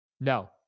No